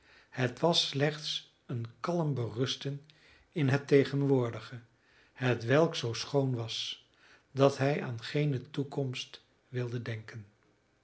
het was slechts een kalm berusten in het tegenwoordige hetwelk zoo schoon was dat hij aan geene toekomst wilde denken